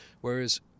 Whereas